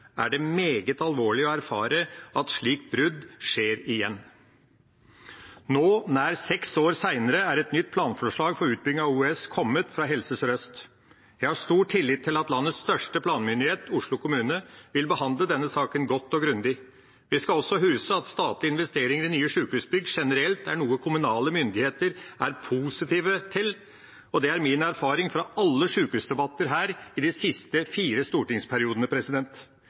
er det meget alvorlig å erfare at et slikt brudd skjer igjen. Nå, nær seks år senere, er et nytt planforslag for utbygging av OUS kommet fra Helse Sør-Øst. Jeg har stor tillit til at landets største planmyndighet, Oslo kommune, vil behandle denne saken godt og grundig. Vi skal også huske at statlige investeringer i nye sykehusbygg generelt er noe kommunale myndigheter er positive til. Det er min erfaring fra alle sykehusdebatter her de siste fire stortingsperiodene.